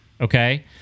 Okay